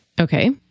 Okay